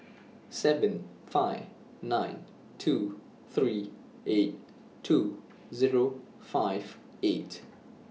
seven five nine two three eight two Zero five eight